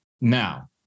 Now